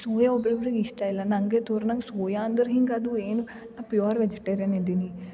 soya ಒಬ್ರೊಬ್ರಿಗೆ ಇಷ್ಟ ಇಲ್ಲ ನಂಗೆ ತೂರ್ ನಂಗೆ ಸೋಯಾ ಅಂದ್ರೆ ಹಿಂಗೆ ಅದು ಏನು ಪ್ಯೂರ್ ವೆಜಿಟೇರ್ಯನ್ ಇದೀನಿ